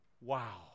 Wow